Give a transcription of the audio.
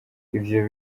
ivyo